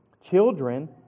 Children